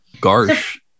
Garsh